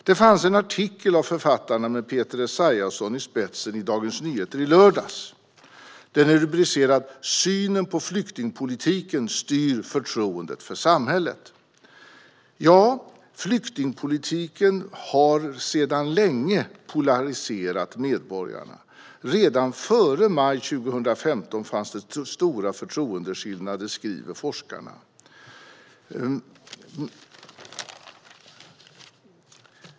Det fanns en artikel av författarna med Peter Esaiasson i spetsen i Dagens Nyheter i lördags. Den är rubricerad "Synen på flyktingpolitik styr förtroendet för samhället". Ja, flyktingpolitiken har sedan länge polariserat medborgarna. Redan före maj 2015 fanns det stora förtroendeskillnader, skriver forskarna.